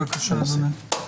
בבקשה, אדוני.